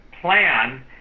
plan